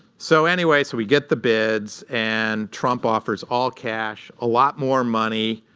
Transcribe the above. so anyway, so we get the bids. and trump offers all cash, a lot more money,